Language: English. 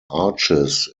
arches